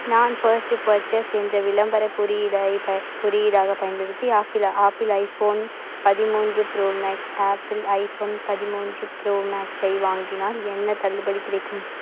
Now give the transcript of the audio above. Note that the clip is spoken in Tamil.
நான் ஃபஸ்ட்டு பர்ச்சஸ் என்ற விளம்பரக் குறியீடை ப குறியீடாகப் பயன்படுத்தி ஆப்பிள் ஆப்பிள் ஐஃபோன் பதிமூன்று ப்ரோ மேக்ஸ் ஆப்பிள் ஐஃபோன் பதிமூன்று ப்ரோ மேக்ஸை வாங்கினால் என்ன தள்ளுபடி கிடைக்கும்